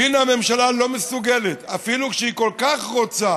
והינה, הממשלה לא מסוגלת, אפילו כשהיא כל כך רוצה